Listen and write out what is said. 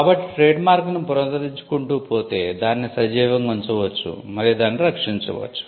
కాబట్టి ట్రేడ్మార్క్ ను పునరుద్ధరించుకుంటూ పోతే దానిని సజీవంగా ఉంచవచ్చు మరియు దానిని రక్షించవచ్చు